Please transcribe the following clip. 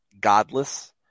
godless